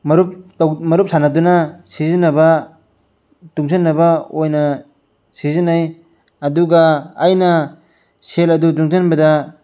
ꯃꯔꯨꯞ ꯃꯔꯨꯞ ꯁꯥꯟꯅꯗꯨꯅ ꯁꯤꯖꯤꯟꯅꯕ ꯇꯨꯡꯁꯤꯟꯅꯕ ꯑꯣꯏꯅ ꯁꯤꯖꯤꯟꯅꯩ ꯑꯗꯨꯒ ꯑꯩꯅ ꯁꯦꯜ ꯑꯗꯨ ꯇꯨꯡꯁꯤꯟꯕꯗ